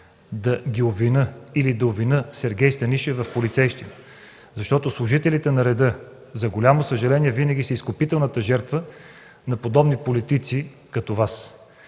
да ги обвиня или да обвиня Сергей Станишев в полицейщина. Служителите на реда, за голямо съжаление, винаги са изкупителната жертва на подобни политици – като Вас.